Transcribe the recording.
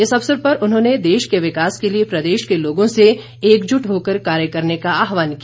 इस अवसर पर उन्होंने देश के विकास के लिए प्रदेश के लोगों से एकजुट होकर कार्य करने का आह्वान किया